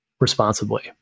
responsibly